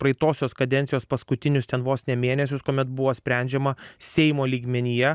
praeitosios kadencijos paskutinius ten vos ne mėnesius kuomet buvo sprendžiama seimo lygmenyje